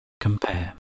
compare